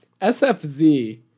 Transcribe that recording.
SFZ